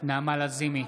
נעמה לזימי,